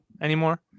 anymore